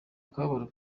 akababaro